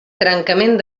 trencament